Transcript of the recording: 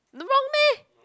not wrong meh